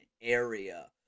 area